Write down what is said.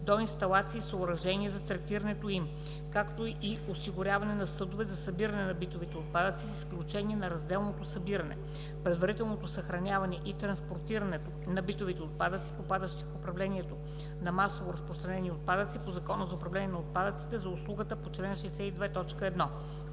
до инсталации и съоръжения за третирането им, както и осигуряване на съдове за събиране на битовите отпадъци, с изключение на разделното събиране, предварителното съхраняване и транспортирането на битовите отпадъци, попадащи в управлението на масово разпространени отпадъци по Закона за управление на отпадъците – за услугата по чл. 62,